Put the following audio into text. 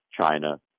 China